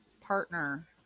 partner